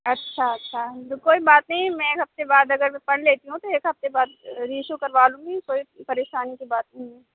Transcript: اچھا اچھا کوئی بات نہیں میں ایک ہفتے بعد اگر پڑھ لیتی ہوں تو ایک ہفتے بعد ری ایشو کروا لوں گی کوئی پریشانی کی بات نہیں ہے